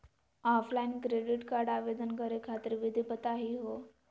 Offline credit card आवेदन करे खातिर विधि बताही हो?